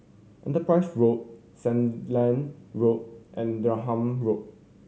Enterprise Road Sandilands Road and Denham Road